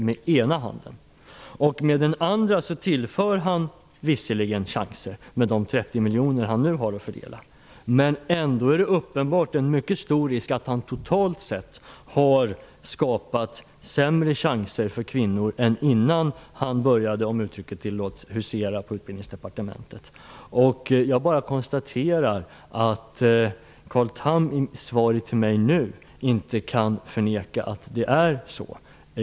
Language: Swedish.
Med den andra tillför han visserligen chanser med de 30 miljoner kronor han nu har att fördela. Ändå finns det uppenbarligen en mycket stor risk för att han totalt sett har skapat sämre chanser för kvinnor än de hade innan han började - om uttrycket tillåts - husera på Utbildnigsdepartementet. Jag kan bara konstatera att Carl Tham nu inte kan förneka att det är så.